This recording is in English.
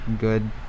good